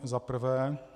Za prvé.